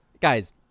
Guys